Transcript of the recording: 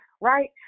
right